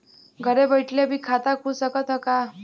घरे बइठले भी खाता खुल सकत ह का?